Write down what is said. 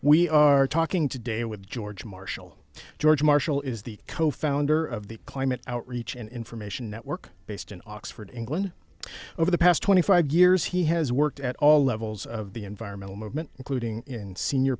we are talking today with george marshall george marshall is the co founder of the climate outreach and information network based in oxford england over the past twenty five years he has worked at all levels of the environmental movement including in senior